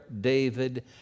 David